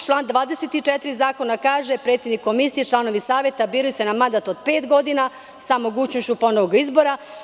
Član 24. zakona kaže – predsednik komisije, članovi saveta biraju se na mandat od pet godina sa mogućnošću ponovnog izbora.